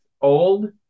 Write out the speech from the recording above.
old